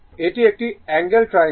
এটি একটি angle triangle